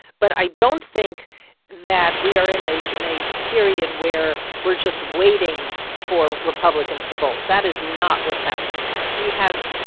but i don't think that we are in a in a period where we're just waiting for republicans to bolt. that is not what's happening here. he has,